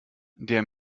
der